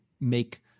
make